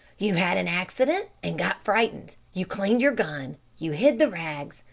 you had an accident and got frightened. you cleaned your gun, you hid the rags,